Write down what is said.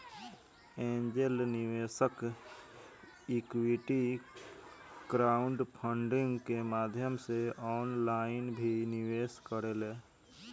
angel निवेशक equity crowdfunding के माध्यम से ऑनलाइन भी निवेश करेले